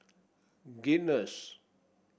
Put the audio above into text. guinness